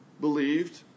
believed